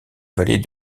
vallée